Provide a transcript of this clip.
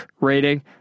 rating